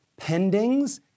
pendings